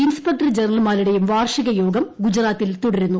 inspector ജനറൽമാരുടേയും വാർഷികയോഗം ഗുജറാത്തിൽ തുടരുന്നു